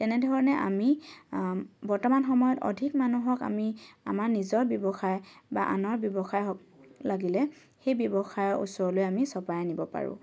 তেনেধৰণে আমি বৰ্তমান সময়ত অধিক মানুহক আমি আমাৰ নিজৰ ব্যৱসায় বা আনৰ ব্যৱসায় হওক লাগিলে সেই ব্যৱসায়ৰ ওচৰলৈ আমি চপাই আনিব পাৰোঁ